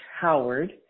Howard